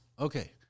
Okay